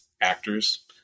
actors